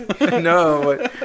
no